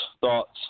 thoughts